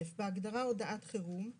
(א) בהגדרה "הודעת חירום",